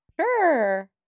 Sure